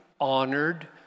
honored